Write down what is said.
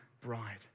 bride